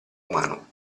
umano